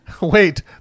Wait